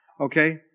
Okay